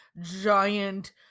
giant